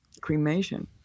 cremation